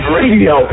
radio